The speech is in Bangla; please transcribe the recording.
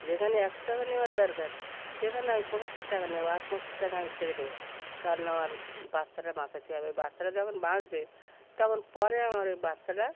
যেখানে একশো টাকা নেওয়ার দরকার সেখানে আমি পঁচাত্তর টাকা নেব আর পঁচিশ টাকা আমি ছেড়ে দেবো কারণ আমার বাচ্চাটা বাঁচাতে হবে ওই বাচ্চাটা যখন বাঁচবে তখন পরে আমার ওই বাচ্চাটা